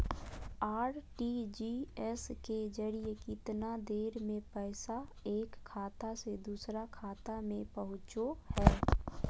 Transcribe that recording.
RTGS के जरिए कितना देर में पैसा एक खाता से दुसर खाता में पहुचो है?